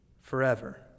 forever